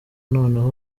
noneho